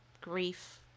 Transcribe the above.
grief